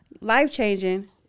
Life-changing